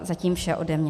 Zatím vše ode mě.